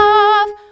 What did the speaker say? Love